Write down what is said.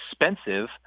expensive